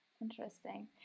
Interesting